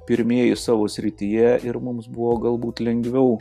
pirmieji savo srityje ir mums buvo galbūt lengviau